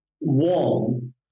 one